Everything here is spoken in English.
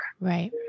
Right